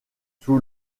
sous